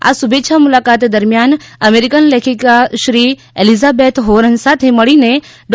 આ શુભેચ્છા મુલાકાત દરમિયાન અમેરિકન લેખિકા શ્રી એલિઝાબેથ હોરન સાથે મળીને ડો